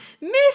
miss